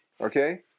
okay